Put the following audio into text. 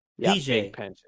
DJ